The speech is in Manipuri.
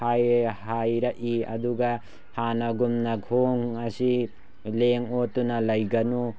ꯍꯥꯏꯑꯦ ꯍꯥꯏꯔꯛꯏ ꯑꯗꯨꯒ ꯍꯥꯟꯅꯒꯨꯝꯅ ꯈꯣꯡ ꯑꯁꯤ ꯂꯦꯡ ꯑꯣꯠꯇꯨꯅ ꯂꯩꯒꯅꯨ